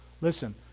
Listen